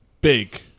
big